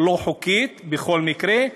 לא חוקית בכל מקרה,